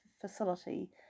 facility